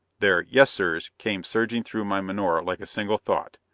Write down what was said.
their yes, sirs came surging through my menore like a single thought.